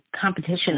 competition